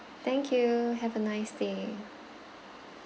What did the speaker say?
thank you have a nice day